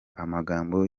amagambo